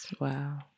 Wow